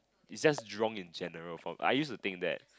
it's just Jurong in general form I used to think that